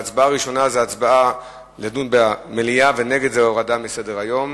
ההצבעה הראשונה זה הצבעה לדון במליאה ונגד זה הורדה מסדר-היום.